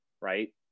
right